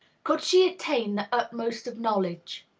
could she attain the utmost of knowledge,